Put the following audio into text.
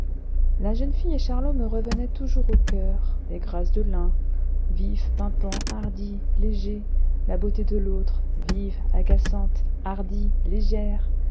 la jeune fille et charlot me revenaient toujours au coeur les grâces de l'un vif pimpant hardi léger la beauté de l'autre vive agaçante hardie légère